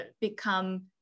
become